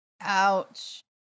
Ouch